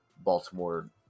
Baltimore